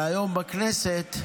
והיום בכנסת,